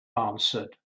answered